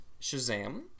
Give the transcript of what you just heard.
shazam